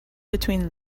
between